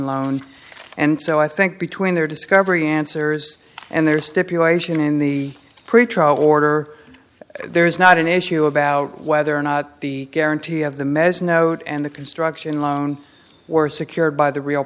loan and so i think between their discovery answers and their stipulation in the pretrial order there is not an issue about whether or not the guarantee of the mess note and the construction loan were secured by the real